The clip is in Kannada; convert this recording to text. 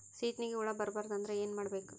ಸೀತ್ನಿಗೆ ಹುಳ ಬರ್ಬಾರ್ದು ಅಂದ್ರ ಏನ್ ಮಾಡಬೇಕು?